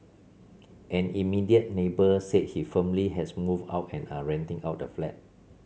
an immediate neighbour said he family has moved out and are renting out the flat